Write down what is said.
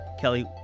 Kelly